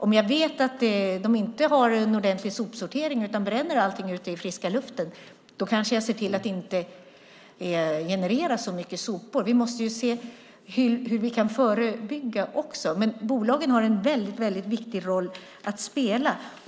Om jag vet att man inte har en ordentlig sopsortering utan bränner allting ute i friska luften kanske jag ser till att inte generera så mycket sopor. Vi måste ju se hur vi kan förebygga också, men bolagen har en väldigt viktig roll att spela.